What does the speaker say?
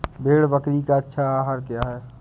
भेड़ बकरी का अच्छा आहार क्या है?